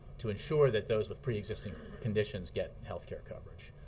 to ensure that those with preexisting conditions get health care coverage.